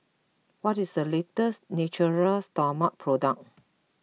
what is the latest Natura Stoma product